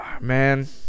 Man